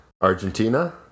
argentina